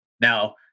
Now